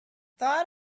thought